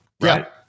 Right